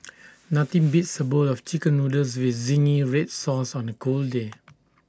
nothing beats A bowl of Chicken Noodles with Zingy Red Sauce on A cold day